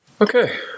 okay